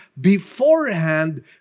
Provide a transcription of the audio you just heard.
beforehand